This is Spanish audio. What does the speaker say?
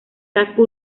casco